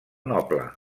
noble